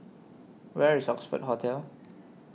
Where IS Oxford Hotel